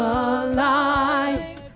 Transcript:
alive